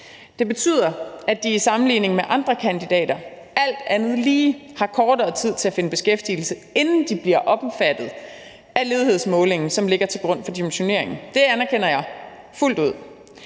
Det betyder, at de i sammenligning med andre kandidater alt andet lige har kortere tid til at finde beskæftigelse, inden de bliver omfattet af ledighedsmålingen, som ligger til grund for dimensioneringen. Det anerkender jeg fuldt ud.